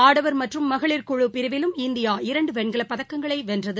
ஆடவர் மற்றும் மகளிர் குழு பிரிவிலும் இந்தியா இரண்டு வெண்கலப்பதக்கங்களை வென்றது